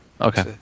Okay